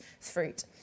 fruit